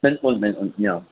بالکل بالکل جی ہاں